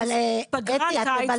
פגרת קיץ,